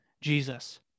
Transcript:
Jesus